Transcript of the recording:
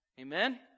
Amen